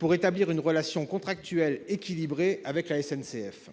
pour établir une relation contractuelle équilibrée avec la SNCF.